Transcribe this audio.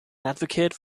advocate